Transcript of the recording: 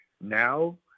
Now